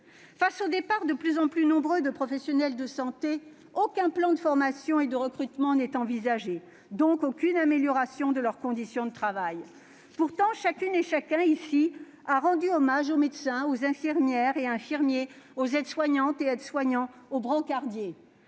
Face aux départs de plus en plus nombreux de professionnels de santé, aucun plan de formation et de recrutement n'est envisagé. Inutile, dès lors, d'espérer une amélioration de leurs conditions de travail. Pourtant, chacune et chacun, ici, a rendu hommage aux médecins, aux infirmières et infirmiers, aux aides-soignantes et aides-soignants, aux brancardiers.